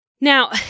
Now